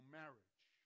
marriage